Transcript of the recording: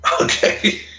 okay